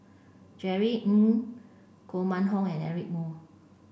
Jerry Ng Koh Mun Hong and Eric Moo